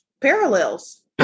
Parallels